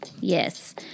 Yes